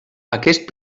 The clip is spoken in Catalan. aquest